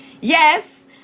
yes